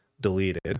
deleted